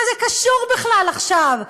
מה זה קשור בכלל עכשיו?